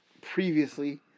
previously